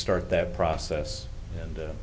start that process and